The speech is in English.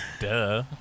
Duh